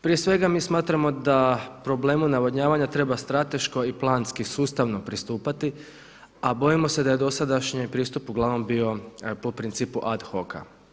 Prije svega mi smatramo da problemu navodnjavanja treba strateško i planski sustavno pristupati a bojimo se da je dosadašnji pristup uglavnom bio po principu ad hoc.